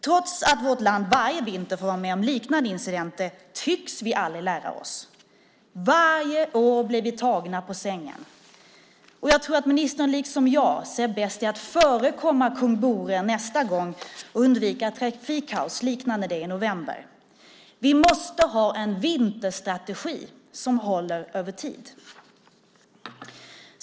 Trots att vårt land varje vinter får vara med om liknande incidenter tycks vi aldrig lära oss. Varje år blir vi tagna på sängen. Jag tror att ministern liksom jag ser det som bäst att förekomma kung Bore nästa gång och undvika ett trafikkaos liknande det i november. Vi måste ha en vinterstrategi som håller över tid.